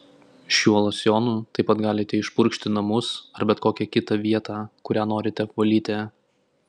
šiuo losjonu taip pat galite išpurkšti namus ar bet kokią kitą vietą kurią norite apvalyti